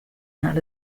not